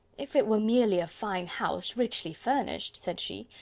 if it were merely a fine house richly furnished, said she,